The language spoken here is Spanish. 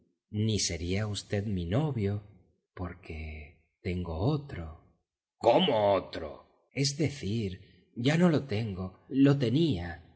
ni sería v mi novio porque tengo otro cómo otro es decir ya no lo tengo lo tenía